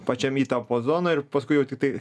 pačiam įtampo sozoj ir paskui tiktai